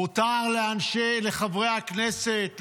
מותר לחברי הכנסת,